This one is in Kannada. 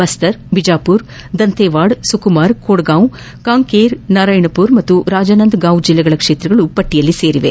ಬಸ್ತಾರ್ ಬಿಜಾಪುರ್ ದಂತೇವಾಡ ಸುಕುಮಾರ್ ಕೊಂಡಗಾಂವ್ ಕಂಕೇರ್ ನಾರಾಯಣಪುರ ಮತ್ತು ರಾಜಾನಂದ ಗಾಂವ್ ಜಿಲ್ಲೆಗಳ ಕ್ಷೇತ್ರಗಳು ಪಟ್ಟಿಯಲ್ಲಿ ಸೇರಿವೆ